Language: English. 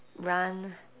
run